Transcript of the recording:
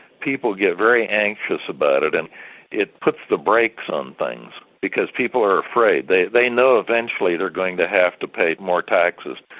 people get very anxious about it and it puts the brakes on things because people are afraid. they they know eventually they're going to have to pay more taxes,